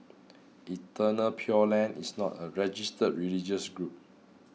Eternal Pure Land is not a registered religious group